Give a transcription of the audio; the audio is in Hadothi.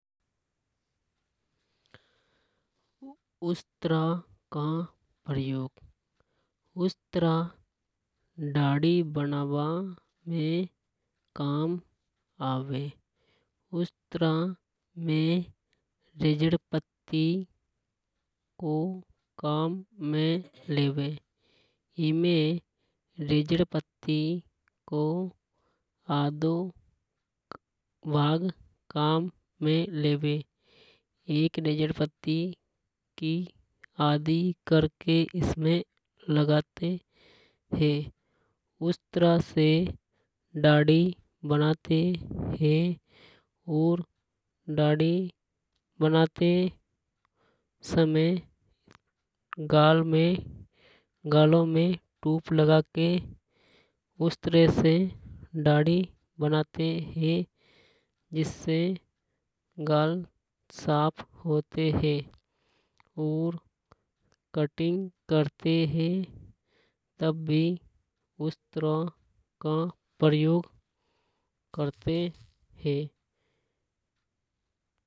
उस्तरा का प्रयोग उस्तरा दाढ़ी बनाबा में काम आवे उस्तरा में रजड़पत्ति काम में लेवे। एमे रजड़पत्ति को आधो भाग काम में लेवे। एक रजड़पत्ति को आधी करके इसमें लगाते हे। उस्तरा से दाढ़ी बनाते हे। और दाढ़ी बनाते समय गालों में टूप लगाके दाढ़ी बनाते हे। जिससे गाल साफ होते हे और कटिंग करते है तब भी उस्तरा का प्रयोग करते हे।